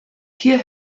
hier